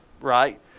right